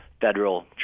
federal